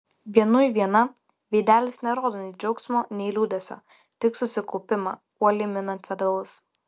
vienui viena veidelis nerodo nei džiaugsmo nei liūdesio tik susikaupimą uoliai minant pedalus